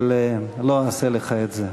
אבל לא אעשה לך את זה,